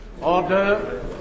Order